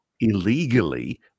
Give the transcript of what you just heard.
illegally